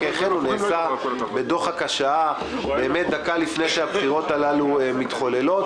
כי אכן נעשה בדוחק השעה דקה לפני שהבחירות הללו מתחוללות,